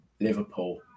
Liverpool